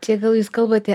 čia vėl jūs kalbate